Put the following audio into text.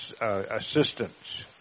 assistance